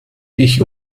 ich